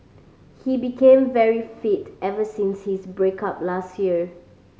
he became very fit ever since his break up last year